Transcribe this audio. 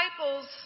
disciples